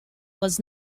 was